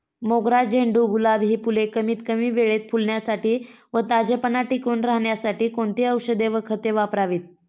मोगरा, झेंडू, गुलाब हि फूले कमीत कमी वेळेत फुलण्यासाठी व ताजेपणा टिकून राहण्यासाठी कोणती औषधे व खते वापरावीत?